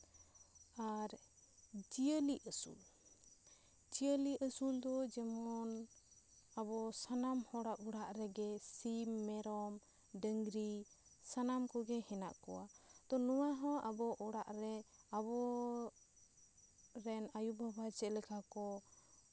ᱟᱨ ᱡᱤᱭᱟᱹᱞᱤ ᱟᱹᱥᱩᱞ ᱡᱤᱭᱟᱹᱞᱤ ᱟᱥᱩᱞ ᱫᱚ ᱡᱮᱢᱚᱱ ᱟᱵᱚ ᱥᱟᱱᱟᱢ ᱦᱚᱲᱟᱜ ᱚᱲᱟᱜ ᱨᱮᱜᱮ ᱥᱤᱢ ᱢᱮᱨᱚᱢ ᱰᱟᱝᱨᱤ ᱥᱟᱱᱟᱢ ᱠᱚᱜᱮ ᱦᱮᱱᱟᱜ ᱠᱚᱣᱟ ᱛᱚ ᱱᱚᱣᱟ ᱦᱚᱸ ᱟᱵᱚ ᱚᱲᱟᱜᱨᱮ ᱟᱵᱚ ᱨᱮᱱ ᱟᱭᱳᱼᱵᱟᱵᱟ ᱪᱮᱫ ᱞᱮᱠᱟ ᱠᱚ